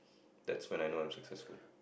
that's when I not successful